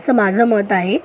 असं माझं मत आहे